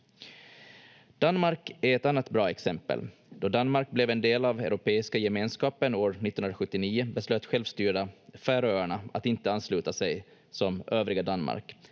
Danmark är ett annat bra exempel. Då Danmark blev en del av Europeiska gemenskapen år 1979 beslöt självstyrda Färöarna att inte ansluta sig som övriga Danmark.